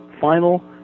final